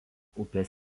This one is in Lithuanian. upės